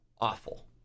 awful